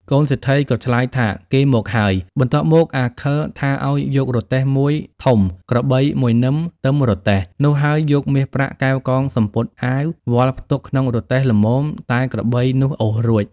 កូនសេដ្ឋីក៏ឆ្លើយថាគេមកហើយ បន្ទាប់មក អាខិលថាឲ្យយករទេះមួយធំក្របី មួយនឹមទឹមរទេះ នោះហើយយកមាសប្រាក់កែវកងសំពត់អាវ វាល់ផ្ទុកក្នុងរទេះល្មមតែក្របីនោះអូសរួច។